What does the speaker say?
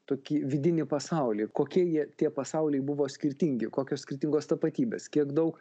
tokį vidinį pasaulį kokie jie tie pasauliai buvo skirtingi kokios skirtingos tapatybės kiek daug